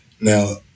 Now